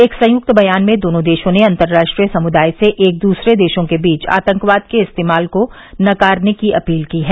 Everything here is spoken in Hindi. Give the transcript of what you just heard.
एक संयुक्त बयान में दोनों देशों ने अंतराष्ट्रीय समुदाय से एक दूसरे देशों के बीच आतंकवाद के इस्तेमाल को नकारने की अपील की है